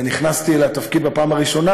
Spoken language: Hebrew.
ונכנסתי לתפקיד בפעם הראשונה,